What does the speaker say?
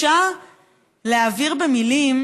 מתקשה להעביר במילים